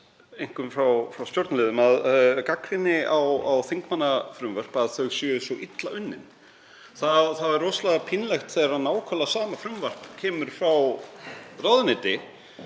einkum frá stjórnarliðum, gagnrýni á þingmannafrumvörp, að þau séu svo illa unnin. Það er rosalega pínlegt þegar nákvæmlega sama frumvarp kemur frá ráðuneyti,